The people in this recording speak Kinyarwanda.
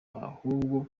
ahubwo